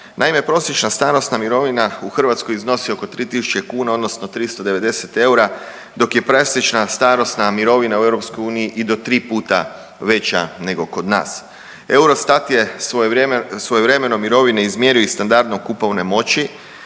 Naime, prosječna starosna mirovina u Hrvatskoj iznosi oko 3.000 kuna odnosno 390 eura dok je prosječna starosna mirovina u EU i do 3 puta veća nego kod nas. Eurostat je svojevremeno mirovine izmjerio iz standardno kupovne moći